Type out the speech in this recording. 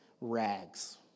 rags